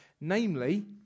namely